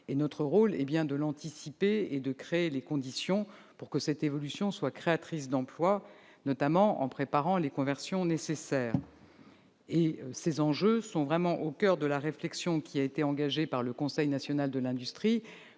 technologique majeure et de créer les conditions pour qu'elle soit créatrice d'emplois, notamment en préparant les conversions nécessaires. Ces enjeux sont vraiment au coeur de la réflexion qui a été engagée par le Conseil national de l'industrie.